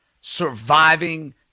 surviving